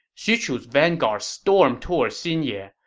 xu chu's vanguard stormed toward xinye,